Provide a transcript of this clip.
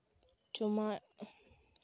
ᱡᱚᱢᱟᱜ